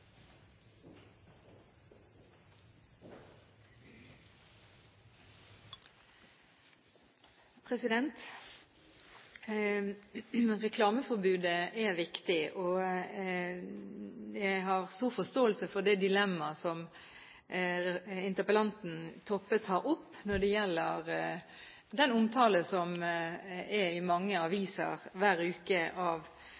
viktig. Jeg har stor forståelse for det dilemmaet som interpellanten Toppe tar opp når det gjelder den omtale av alkohol som er i mange